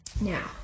Now